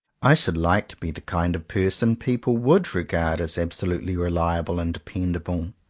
i should like to be the kind of person people would regard as absolutely reliable and dependable.